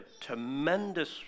tremendous